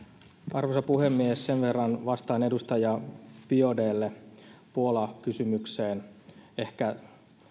arvoisa puhemies sen verran vastaan edustaja biaudetlle puola kysymykseen ehkä